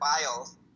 files